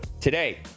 today